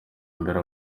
mbere